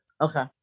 okay